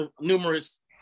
numerous